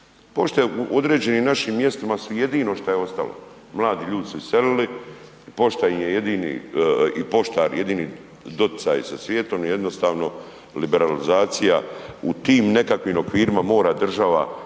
Pošte u određenim našim mjestima su jedino šta je ostalo, mladi ljudi su iselili, pošta im je jedini i poštar jedini doticaj sa svijetom i jednostavno liberalizacija u tim nekakvim okvirima mora država imati